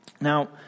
Now